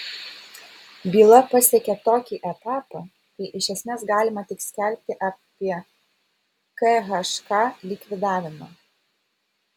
byla pasiekė tokį etapą kai iš esmės galima tik skelbti apie khk likvidavimą